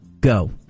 go